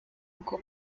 bwo